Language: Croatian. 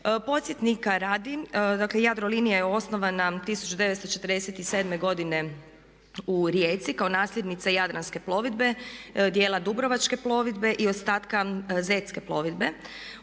Podsjetnika radi, dakle Jadrolinija je osnovana 1947. godine u Rijeci kao nasljednica Jadranske plovidbe, dijela Dubrovačke plovidbe i ostatka Zetske plovidbe.